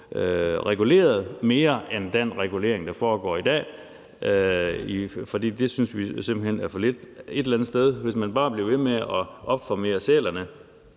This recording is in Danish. reguleret mere, end vi regulerer i dag, for det synes vi simpelt hen er for lidt. Hvis man bare blev ved med at opformere sælerne,